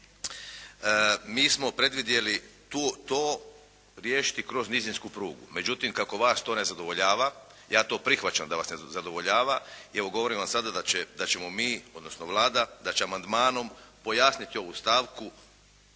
Mi smo predvidjeli to riješiti kroz nizinsku prugu. Međutim kako vas to ne zadovoljava, ja to prihvaćam da vas ne zadovoljava, evo govorim vam sada da ćemo mi, odnosno Vlada, da će amandmanom pojasniti ovu stavku